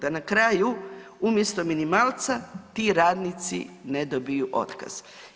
Da na kraju umjesto minimalca ti radnici ne dobiju otkaz.